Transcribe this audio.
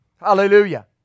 Hallelujah